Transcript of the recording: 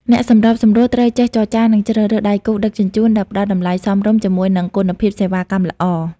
អ្នកសម្របសម្រួលត្រូវចេះចរចា និងជ្រើសរើសដៃគូដឹកជញ្ជូនដែលផ្តល់តម្លៃសមរម្យជាមួយនឹងគុណភាពសេវាកម្មល្អ។